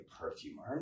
perfumer